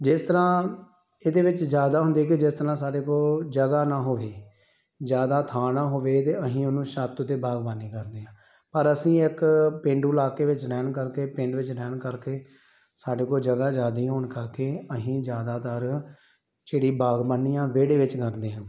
ਜਿਸ ਤਰ੍ਹਾਂ ਇਹਦੇ ਵਿੱਚ ਜ਼ਿਆਦਾ ਹੁੰਦੀ ਕਿ ਜਿਸ ਤਰ੍ਹਾਂ ਸਾਡੇ ਕੋਲ ਜਗ੍ਹਾ ਨਾ ਹੋਵੇ ਜ਼ਿਆਦਾ ਥਾਂ ਨਾ ਹੋਵੇ ਅਤੇ ਅਸੀਂ ਉਹਨੂੰ ਛੱਤ ਉੱਤੇ ਬਾਗਬਾਨੀ ਕਰਦੇ ਹਾਂ ਪਰ ਅਸੀਂ ਇੱਕ ਪੇਂਡੂ ਇਲਾਕੇ ਵਿੱਚ ਰਹਿਣ ਕਰਕੇ ਪਿੰਡ ਵਿੱਚ ਰਹਿਣ ਕਰਕੇ ਸਾਡੇ ਕੋਲ ਜਗ੍ਹਾ ਜ਼ਿਆਦਾ ਹੋਣ ਕਰਕੇ ਅਸੀਂ ਜ਼ਿਆਦਾਤਰ ਜਿਹੜੀ ਬਾਗਬਾਨੀ ਆ ਵਿਹੜੇ ਵਿੱਚ ਕਰਦੇ ਹਾਂ